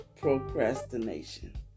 procrastination